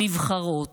נבחרות,